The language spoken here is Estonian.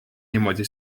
niimoodi